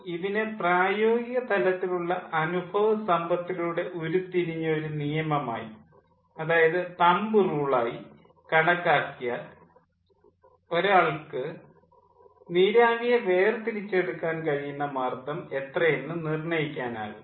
അതിനാൽ ഇതിനെ പ്രായോഗിക തലത്തിലുള്ള അനുഭവസമ്പത്തിലൂടെ ഉരുത്തിരിഞ്ഞ ഒരു നിയമമായി അതായത് തമ്പ് റൂൾ ആയി കണക്കാക്കിയാൽ ഒരാൾക്ക് നീരാവിയെ വേർതിരിച്ചെടുക്കാൻ കഴിയുന്ന മർദ്ദം എത്രയെന്ന് നിർണ്ണയിക്കാനാകും